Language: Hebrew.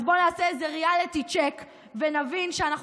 אז בואו נעשה איזה ריאליטי צ'ק ונבין שאנחנו